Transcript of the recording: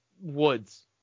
woods